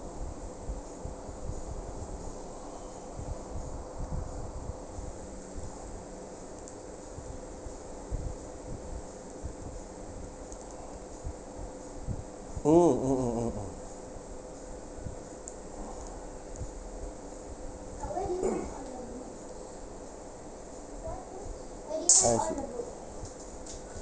mm I see